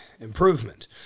improvement